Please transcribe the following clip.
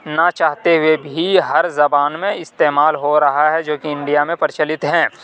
نہ چاہتے ہوئے بھی ہر زبان میں استعمال ہو رہا ہے جو کہ انڈیا میں پرچلت ہیں